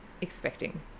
expecting